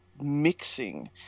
mixing